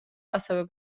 ასევე